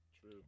true